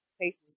patients